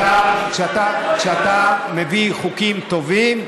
כשאתה מביא חוקים טובים,